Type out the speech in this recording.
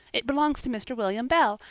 it belongs to mr. william bell,